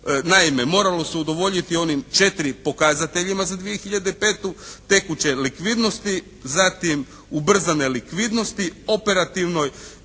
Naime, moralo se udovoljiti onim četiri pokazateljima za 2005. tekuće likvidnosti, zatim ubrzane likvidnosti, operativnoj